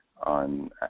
on